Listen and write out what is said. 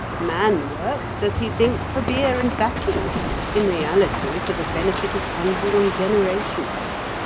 man works, as he thinks, for beer and baccy in reality, for the benefit of unborn generations.